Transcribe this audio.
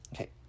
Okay